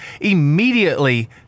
Immediately